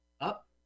Up